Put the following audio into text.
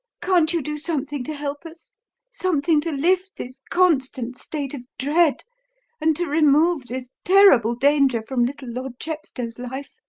can't you do something to help us something to lift this constant state of dread and to remove this terrible danger from little lord chepstow's life?